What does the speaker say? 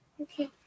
Okay